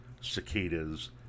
cicadas